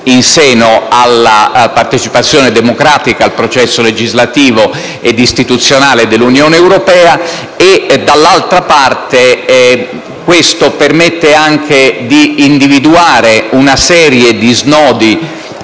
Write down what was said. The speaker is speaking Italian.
in seno alla partecipazione democratica al processo legislativo ed istituzionale dell'Unione europea; dall'altra parte, questo permette anche di individuare una serie di snodi